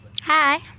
Hi